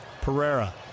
Pereira